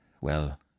Well